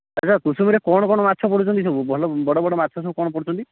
ଆଚ୍ଛା କୁସୁମୀରେ କ'ଣ କ'ଣ ମାଛ ପଡ଼ୁଛନ୍ତି ସବୁ ଭଲ ବଡ଼ ବଡ଼ ମାଛ ସବୁ କ'ଣ ପଡ଼ୁଛନ୍ତି